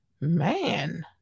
man